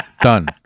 Done